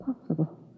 possible